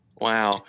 Wow